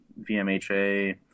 VMHA